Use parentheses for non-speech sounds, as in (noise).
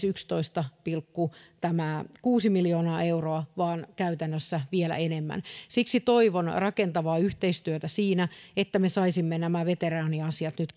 (unintelligible) yksitoista pilkku kuusi miljoonaa euroa vaan käytännössä vielä enemmän siksi toivon rakentavaa yhteistyötä siinä että me saisimme nämä veteraaniasiat nyt (unintelligible)